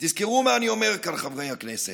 תזכרו מה אני אומר כאן, חברי הכנסת: